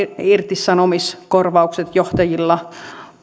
irtisanomiskorvaukset johtajilla